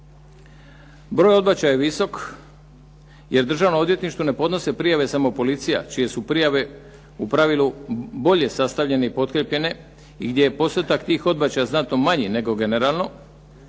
Broj odbačaja je visok jer Državnom odvjetništvu ne podnosi prijave samo policija, čije su prijave u pravilu bolje sastavljene i potkrijepljene i gdje je postotak tih odbačaja znatno manji nego generalno,